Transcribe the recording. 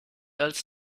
als